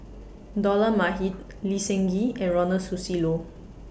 Dollah Majid Lee Seng Gee and Ronald Susilo